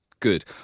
Good